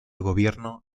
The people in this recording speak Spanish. gobierno